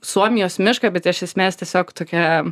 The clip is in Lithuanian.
suomijos mišką bet iš esmės tiesiog tokia